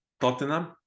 tottenham